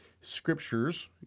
scriptures